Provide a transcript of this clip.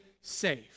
safe